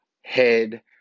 head